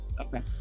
Okay